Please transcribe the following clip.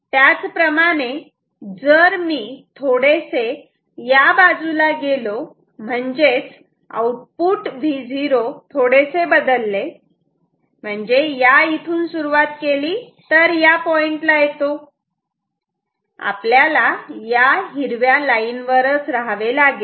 त्याच प्रमाणे जर मी मी थोडेसे या बाजूला गेलो म्हणजेच आउटपुट Vo थोडेसे बदलले म्हणजे या इथून सुरुवात केली तर या पॉईंटला येतो आपल्याला या हिरव्या लाईन वरच रहावे लागेल